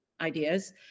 ideas